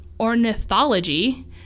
ornithology